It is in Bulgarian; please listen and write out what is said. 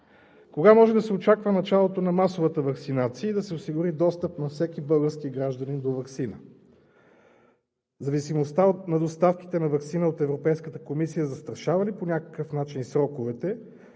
кога може да се очаква началото на масовата ваксинация и да се осигури достъп на всеки български гражданин до ваксина; зависимостта от недоставките на ваксина от Европейската комисия застрашава ли по някакъв начин сроковете,